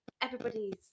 Everybody's